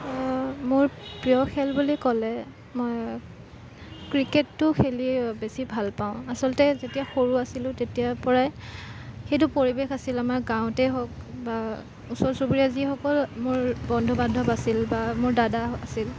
মোৰ প্ৰিয় খেল বুলি ক'লে মই ক্ৰিকেটটো খেলি বেছি ভালপাওঁ আচলতে যেতিয়া সৰু আছিলো তেতিয়াৰপৰাই সেইটো পৰিৱেশ আছিল আমাৰ গাঁৱতে হওক বা ওচৰ চুবুৰীয়া যিসকল মোৰ বন্ধু বান্ধৱ আছিল বা মোৰ দাদা আছিল